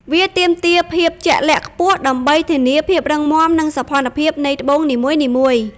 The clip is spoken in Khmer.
វាទាមទារភាពជាក់លាក់ខ្ពស់ដើម្បីធានាភាពរឹងមាំ និងសោភ័ណភាពនៃត្បូងនីមួយៗ។